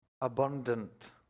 abundant